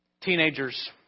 Teenagers